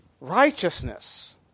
righteousness